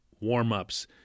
warm-ups